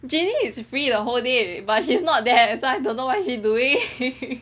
cause Jinny is free the whole day but she is not there so I don't know what is she doing